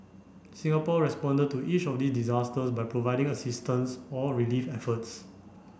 Singapore responded to each of these disasters by providing assistance or relief efforts